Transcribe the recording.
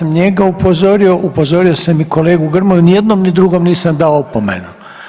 Ja sam njega upozorio, upozorio sam i kolegu Grmoju, nijednom ni drugom nisam dao opomenu.